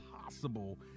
possible